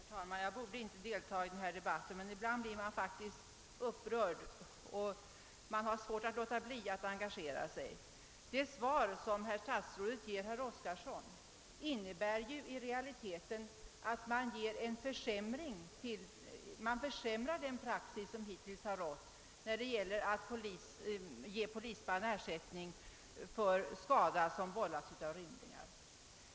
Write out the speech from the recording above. Herr talman! Jag borde inte delta i den här debatten. Men ibland blir man faktiskt så upprörd att man har svårt att låta bli att engagera sig. Det svar som statsrådet ger herr Oskarson innebär i realiteten att man försämrar den praxis som hittills rått när det gäller att ge polisman ersättning för skada som vållats av rymlingar.